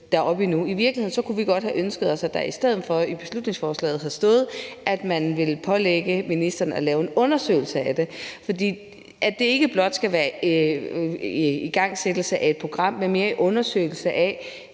I virkeligheden kunne vi godt have ønsket os, at der i beslutningsforslaget i stedet for havde stået, at man ville pålægge ministeren at lave en undersøgelse af det, fordi det ikke blot skal være igangsættelse af et program, men mere en undersøgelse af: